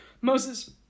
Moses